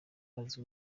bazi